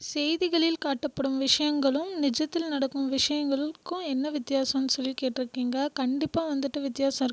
செய்திகளில் காட்டப்படும் விஷயங்களும் நிஜத்தில் நடக்கும் விஷயங்களுக்கும் என்ன வித்தியாசோன்ணு சொல்லி கேட்டுருக்கிங்க கண்டிப்பாக வந்துட்டு வித்தியாசம் இருக்குங்க